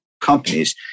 companies